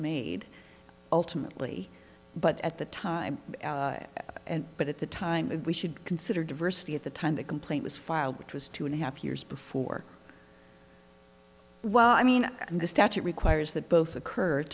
made ultimately but at the time but at the time we should consider diversity at the time the complaint was filed which was two and a half years before well i mean the statute requires that both occur